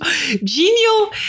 genial